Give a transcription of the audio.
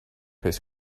his